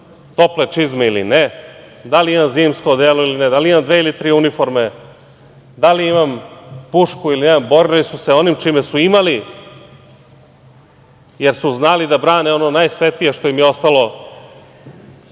tople čizme ili ne, da li imam zimsko odelo ili ne, da li imam dve ili tri uniforme, da li imam pušku ili ne? Borili su se onim čime su imali, jer su znali da brane ono najsvetije što im je ostalo